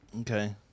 Okay